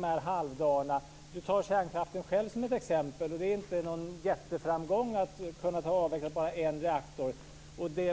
Lennart Daléus tog upp kärnkraften som exempel. Det är inte någon jätteframgång att bara ha kunnat avveckla en reaktor